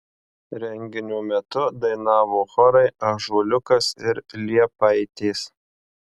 renginio metu dainavo chorai ąžuoliukas ir liepaitės